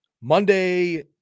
Monday